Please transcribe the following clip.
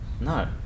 No